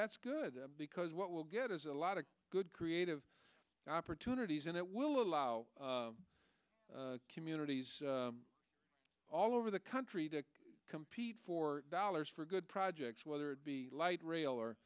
that's good because what will get us a lot of good creative opportunities and it will allow communities all over the country to compete for dollars for good projects whether it be light rail or